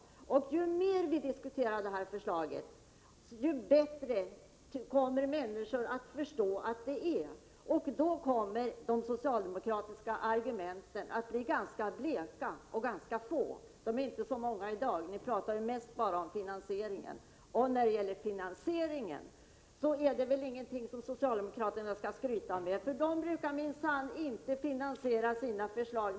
Ju mer vi diskuterar detta förslag, desto bättre kommer människor att förstå hur bra det är. Då kommer de socialdemokratiska argumenten att framstå som ganska bleka och bli ganska få. De är inte så många i dag. Ni talar ju mest bara om finansieringen. Och när det gäller finansieringen har väl socialdemokraterna inget att skryta med. De brukar minsann inte finansiera sina förslag.